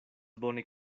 bone